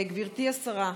גברתי השרה,